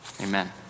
amen